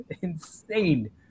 insane